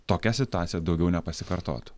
tokia situacija daugiau nepasikartotų